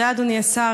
תודה, אדוני השר.